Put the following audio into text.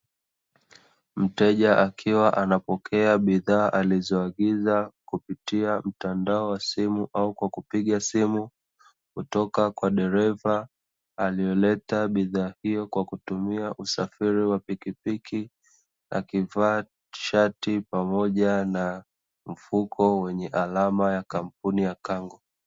Mteja akiwa anapokea bidhaa alizoagiza kupitia mtandao wa simu au kwa kupiga simu kutoka kwa dereva aliyoleta bidhaa hiyo kwa kutumia usafiri wa pikipiki, akivaa shati pamoja na mfuko wenye alama ya kampuni ya Kangu.